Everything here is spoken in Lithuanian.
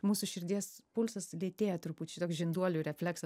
mūsų širdies pulsas lėtėja truputį čia toks žinduolių refleksas